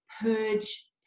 purge